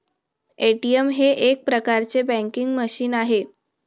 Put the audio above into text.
ATM हे एक प्रकारचे बँकिंग मशीन आहे